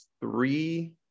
three